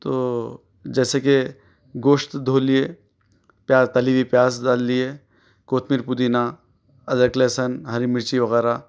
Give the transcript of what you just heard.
تو جیسے کہ گوشت دھو لیے پیاز تلی ہوئی پیاز ڈال لیے کوتمیر پودینا ادرک لہسن ہری مرچی وغیرہ